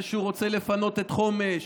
זה שהוא רוצה לפנות את חומש,